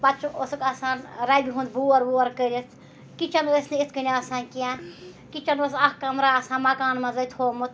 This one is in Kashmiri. پَتہٕ چھُ اوسُکھ آسان رَبہِ ہُنٛد بور وور کٔرِتھ کِچَن ٲسۍ نہٕ یِتھ کٔنۍ آسان کینٛہہ کِچَن اوس اَکھ کَمرٕ آسان مَکان منٛزٕے تھومُت